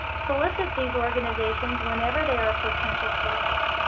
solicit these organizations whenever they are potential sources.